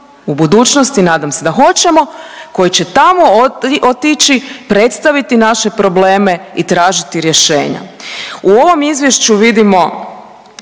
u budućnosti nadam se da hoćemo, koji će tamo otići predstaviti naše probleme i tražiti rješenja. U ovom Izvješću vidimo